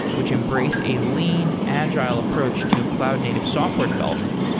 which embrace a lean, agile approach to cloud native software development.